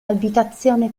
abitazione